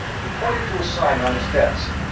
he pointed to a sign on his desk.